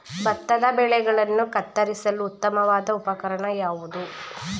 ಭತ್ತದ ಬೆಳೆಗಳನ್ನು ಕತ್ತರಿಸಲು ಉತ್ತಮವಾದ ಉಪಕರಣ ಯಾವುದು?